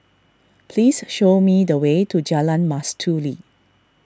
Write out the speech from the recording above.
please show me the way to Jalan Mastuli